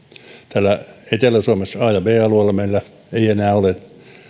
täällä etelä suomessa a ja b alueella meillä ei enää ole